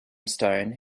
stone